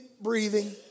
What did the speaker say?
breathing